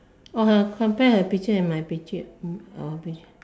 oh her compare her picture and my picture mm okay